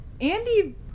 Andy